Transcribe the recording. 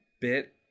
bit